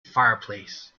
fireplace